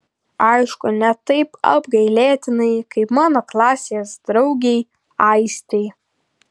aišku ne taip apgailėtinai kaip mano klasės draugei aistei